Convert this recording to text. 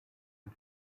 and